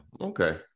okay